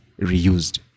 reused